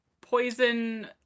poison